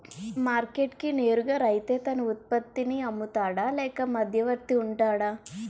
Market కి నేరుగా రైతే తన ఉత్పత్తి నీ అమ్ముతాడ లేక మధ్యవర్తి వుంటాడా?